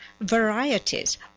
varieties